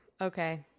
okay